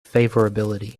favorability